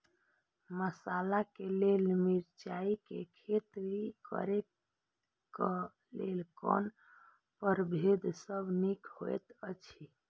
मसाला के लेल मिरचाई के खेती करे क लेल कोन परभेद सब निक होयत अछि?